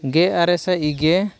ᱜᱮ ᱟᱨᱮ ᱥᱟᱭ ᱤᱜᱮ